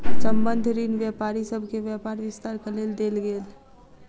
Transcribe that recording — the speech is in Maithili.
संबंद्ध ऋण व्यापारी सभ के व्यापार विस्तारक लेल देल गेल